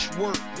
work